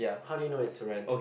how do you know it's to rent